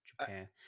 japan